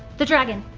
the dragon!